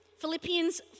Philippians